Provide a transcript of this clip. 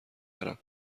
برم